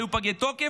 שהיו פגי תוקף,